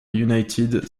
united